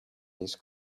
least